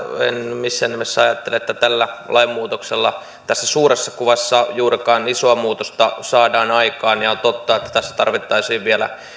en missään nimessä ajattele että tällä lainmuutoksella tässä suuressa kuvassa juurikaan isoa muutosta saadaan aikaan ja on totta että tässä tarvittaisiin vielä